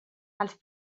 els